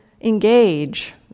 engage